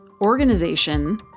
organization